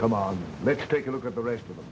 come on let's take a look at the rest of the